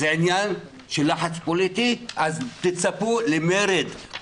זה עניין של לחץ פוליטי, אז תצפו למרד.